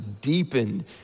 deepened